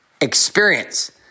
experience